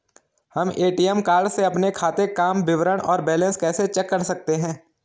हम ATM card से अपने खाते काम विवरण और बैलेंस कैसे चेक कर सकते हैं?